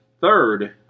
third